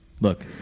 Look